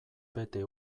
bete